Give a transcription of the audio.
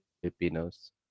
Filipinos